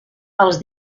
els